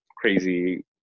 crazy